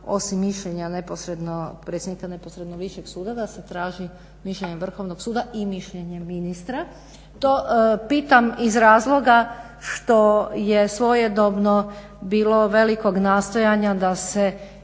osim mišljenja neposredno, predsjednika neposredno višeg suda, da se traži mišljenje Vrhovnog suda i mišljenje ministra. To pitam iz razloga što je svojedobno bilo velikog nastojanja da se